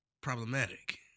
problematic